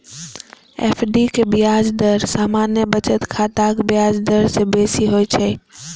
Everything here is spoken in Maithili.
एफ.डी के ब्याज दर सामान्य बचत खाताक ब्याज दर सं बेसी होइ छै